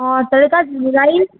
और तड़का राइस